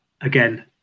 Again